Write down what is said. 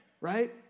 right